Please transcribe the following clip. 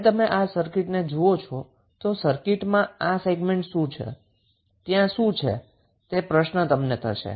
હવે જો તમે આ સર્કિટ જુઓ તો સર્કિટનો આ સેગમેન્ટ માં શું છે ત્યાં શું છે તે પ્રશ્ન તમને થશે